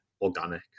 organic